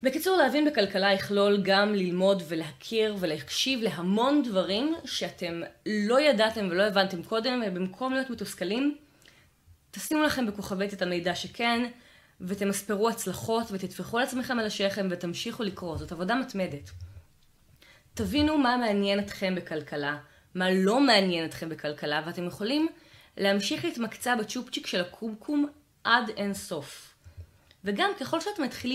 בקיצור, להבין בכלכלה יכלול גם ללמוד ולהכיר ולהקשיב להמון דברים שאתם לא ידעתם ולא הבנתם קודם, ובמקום להיות מתוסכלים תשימו לכם בכוכבית את המידע שכן, ותמספרו הצלחות ותטפחו לעצמכם על השכם ותמשיכו לקרוא. זאת עבודה מתמדת. תבינו מה מעניין אתכם בכלכלה, מה לא מעניין אתכם בכלכלה, ואתם יכולים להמשיך להתמקצע בצ'ופצ'יק של הקומקום עד אין סוף. וגם ככל שאתם מתחילים